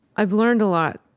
i've learned a lot.